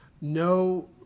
No